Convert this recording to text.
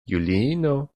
juliino